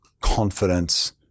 confidence